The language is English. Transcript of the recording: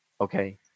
okay